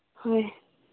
ꯍꯣꯏ